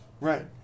Right